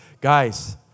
Guys